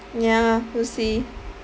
ya we'll see